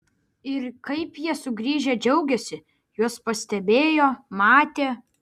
ir kaip jie sugrįžę džiaugėsi juos pastebėjo matė